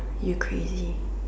you crazy